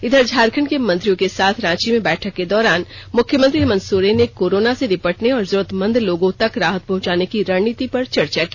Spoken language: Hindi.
इधर झारखंड के मंत्रियों के साथ रांची में बैठक के दौरान मुख्यमंत्री हेमंत सोरेन ने कोरोना से निपटने और जरूरतमंद लोगों तक राहत पहुंचाने की रणनीति पर चर्चा की